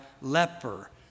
leper